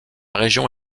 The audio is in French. région